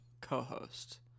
co-host